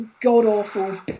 god-awful